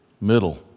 middle